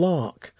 Lark